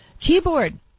keyboard